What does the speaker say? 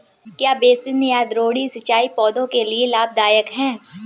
क्या बेसिन या द्रोणी सिंचाई पौधों के लिए लाभदायक है?